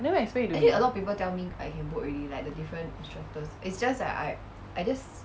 then when you explain it to the